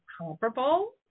comparable